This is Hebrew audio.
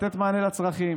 לתת מענה לצרכים,